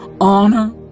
honor